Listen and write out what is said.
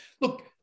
Look